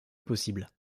possible